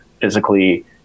physically